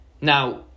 Now